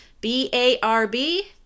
B-A-R-B